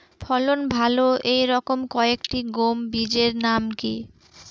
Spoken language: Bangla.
ফলন ভালো এই রকম কয়েকটি গম বীজের নাম কি?